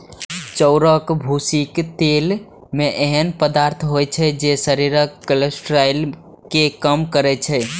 चाउरक भूसीक तेल मे एहन पदार्थ होइ छै, जे शरीरक कोलेस्ट्रॉल कें कम करै छै